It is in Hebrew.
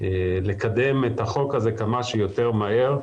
אנחנו מבקשים לקדם את החוק הזה כמה שיותר מהר.